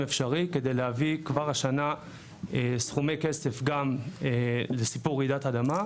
אפשרי כדי להביא כבר השנה סכומי כסף גם לסיפור רעידת האדמה,